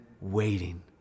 waiting